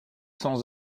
cents